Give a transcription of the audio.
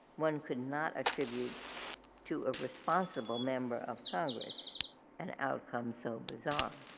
one could not attribute to a responsible member of congress an outcome so bizarre.